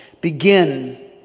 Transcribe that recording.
begin